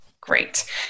Great